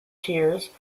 tiers